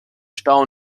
stau